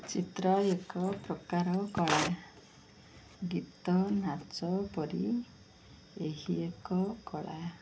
ଚିତ୍ର ଏକ ପ୍ରକାର କଳା ଗୀତ ନାଚ ପରି ଏହି ଏକ କଳା